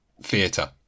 theatre